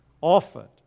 offered